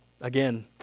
again